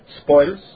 spoils